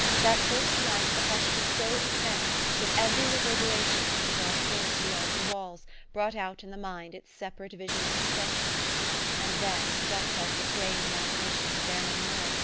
that first night the hush was so intense that every reverberation from the dark hills beyond the walls brought out in the mind its separate vision of destruction and then, just as the strained imagination could bear no more,